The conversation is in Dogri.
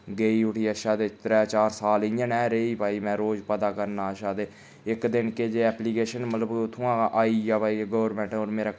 गेई उठी अच्छा ते त्रै चार साल इ'यै नेह् रेही भाई मैं रोज पता करना अच्छा ते इक दिन केह् जे ऐप्लीकेशन मतलब उत्थुआं आई गेआ भाई गोरमेंट